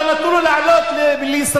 לא נתנו לו לעלות לישראל,